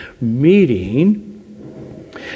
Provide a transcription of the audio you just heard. meeting